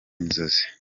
inzozi